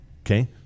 Okay